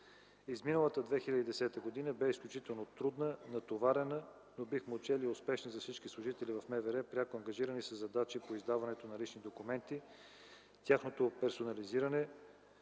Изминалата 2010 г. бе изключително трудна, натоварена, но, бихме отчели, успешна за всички служители в МВР, пряко ангажирани със задачи по издаването на лични документи, тяхното персонализиране,